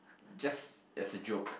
just as a joke